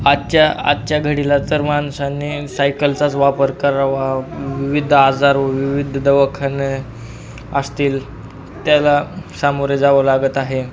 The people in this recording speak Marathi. आजच्या आजच्या घडीला जर माणसांनी सायकलचाच वापर करावा विविध आजार व विविध दवाखानं असतील त्याला सामोरे जावं लागत आहे